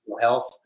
health